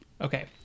Okay